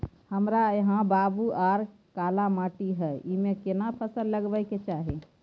हमरा यहाँ बलूआ आर काला माटी हय ईमे केना फसल लगबै के चाही?